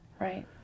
Right